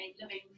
living